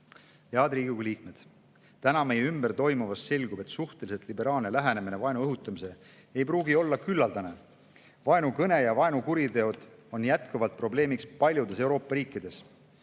Head Riigikogu liikmed! Täna meie ümber toimuvast selgub, et suhteliselt liberaalne lähenemine vaenu õhutamisele ei pruugi olla küllaldane. Vaenukõne ja vaenukuriteod on jätkuvalt probleemiks paljudes Euroopa riikides.